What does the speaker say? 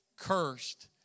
Cursed